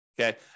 Okay